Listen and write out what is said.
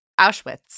Auschwitz